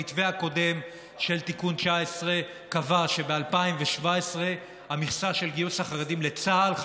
המתווה הקודם של תיקון 19 קבע שב-2017 המכסה של גיוס החרדים לצה"ל,